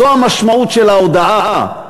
זו המשמעות של ההודעה.